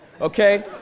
okay